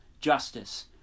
justice